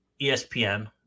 ESPN